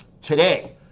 today